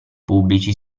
pubblici